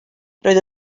roedd